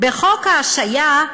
בחוק ההשעיה,